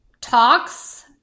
talks